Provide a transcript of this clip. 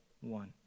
one